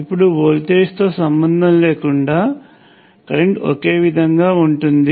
ఇప్పుడు వోల్టేజ్తో సంబంధం లేకుండా కరెంట్ ఒకే విధంగా వుంటుంది